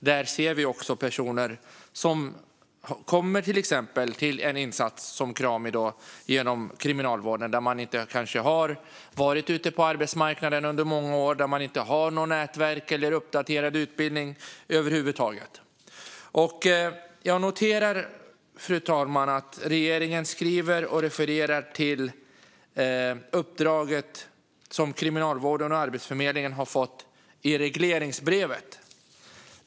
Det finns till exempel personer som kommer till en insats som Krami genom Kriminalvården, kanske inte har varit ute på arbetsmarknaden på många år och inte har något nätverk eller någon uppdaterad utbildning över huvud taget. Fru talman! Jag noterar att regeringen refererar till uppdraget som Kriminalvården och Arbetsförmedlingen har fått i regleringsbrevet.